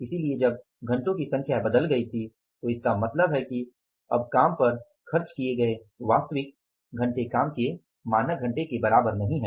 इसलिए जब घंटों की संख्या बदल गई थी तो इसका मतलब है कि अब काम पर खर्च किए गए वास्तविक घंटे काम के मानक घंटों के बराबर नहीं हैं